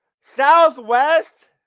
Southwest